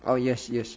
oh yes yes